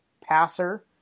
passer